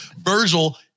Virgil